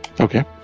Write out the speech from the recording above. Okay